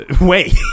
wait